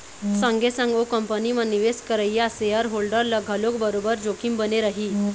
संगे संग ओ कंपनी म निवेश करइया सेयर होल्डर ल घलोक बरोबर जोखिम बने रही